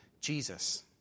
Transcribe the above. Jesus